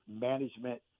management –